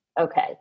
okay